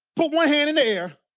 put one hand in the air,